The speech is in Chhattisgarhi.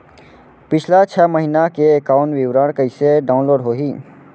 पिछला छः महीना के एकाउंट विवरण कइसे डाऊनलोड होही?